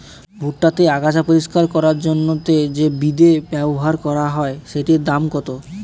ভুট্টা তে আগাছা পরিষ্কার করার জন্য তে যে বিদে ব্যবহার করা হয় সেটির দাম কত?